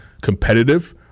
competitive